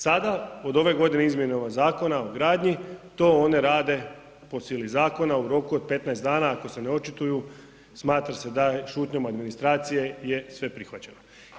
Sada od ove godine izmjenom ovog Zakona o gradnji to one radi po sili zakona u roku od 15 dana ako se ne očituju smatra se da je šutnjom administracije je sve prihvaćeno.